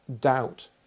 doubt